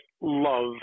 love